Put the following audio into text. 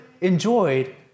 enjoyed